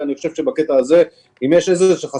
אני חושב שבקטע הזה אם יש חסמים,